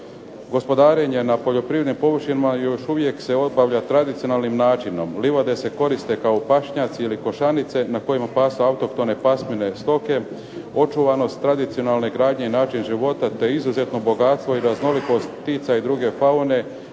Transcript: gospodarenje na poljoprivrednim površinama još uvijek se obavlja tradicionalnim načinom, livade se koriste kao pašnjaci, ili košanice na kojima pasu autohtone pasmine stoke, očuvanost tradicionalne gradnje i način života, te izuzetno bogatstvo i raznolikost ptica i druge faune